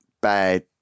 bad